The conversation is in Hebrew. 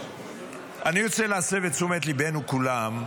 אני רוצה להסב את תשומת ליבנו, כולם,